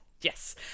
yes